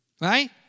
Right